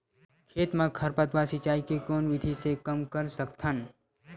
खेत म खरपतवार सिंचाई के कोन विधि से कम कर सकथन?